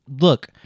look